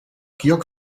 georg